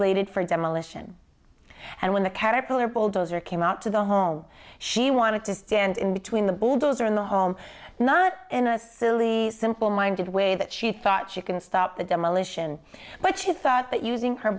slated for demolition and when the caterpillar bulldozer came out to the home she wanted to stand in between the bulldozer in the home not in a silly simple minded way that she thought she can stop the demolition but she thought that using her